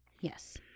Yes